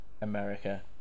America